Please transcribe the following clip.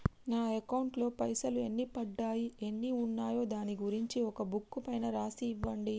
నా అకౌంట్ లో పైసలు ఎన్ని పడ్డాయి ఎన్ని ఉన్నాయో దాని గురించి ఒక బుక్కు పైన రాసి ఇవ్వండి?